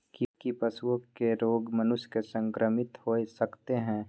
की पशुओं के रोग मनुष्य के संक्रमित होय सकते है?